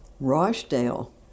Rochdale